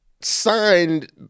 signed